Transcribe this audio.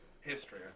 history